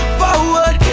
forward